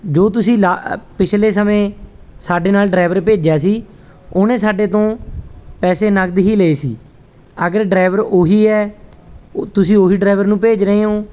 ਜੋ ਤੁਸੀਂ ਲਾ ਪਿਛਲੇ ਸਮੇਂ ਸਾਡੇ ਨਾਲ ਡਰੈਵਰ ਭੇਜਿਆ ਸੀ ਉਹਨੇ ਸਾਡੇ ਤੋਂ ਪੈਸੇ ਨਕਦ ਹੀ ਲਏ ਸੀ ਅਗਰ ਡਰੈਵਰ ਉਹ ਹੀ ਹੈ ਉਹ ਤੁਸੀਂ ਉਹ ਹੀ ਡਰੈਵਰ ਨੂੰ ਭੇਜ ਰਹੇ ਹੋ